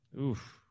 Oof